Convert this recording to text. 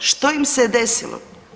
Što im se desilo?